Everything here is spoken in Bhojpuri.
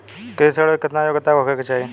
कृषि ऋण हेतू केतना योग्यता होखे के चाहीं?